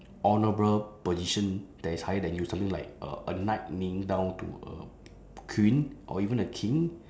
honourable position that is higher than you something like a a knight kneeling down to a queen or even a king